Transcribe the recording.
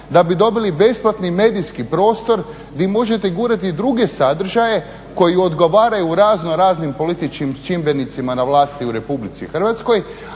da bi dobili besplatni medijski prostor gdje možete gurati druge sadržaje koji odgovaraju u razno raznim političkim čimbenicima na vlasti u RH a koji